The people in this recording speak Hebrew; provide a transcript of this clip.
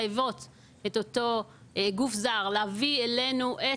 מחייבים את אותו גוף זר להביא אלינו את